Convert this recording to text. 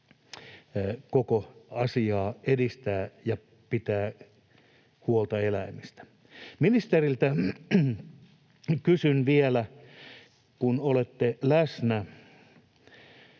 koko asiaa edistää ja pitää huolta eläimistä. Ministeriltä kysyn vielä, kun olette läsnä: